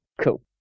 Cool